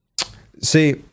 See